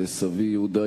וסבי יהודה,